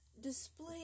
display